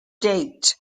date